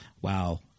Wow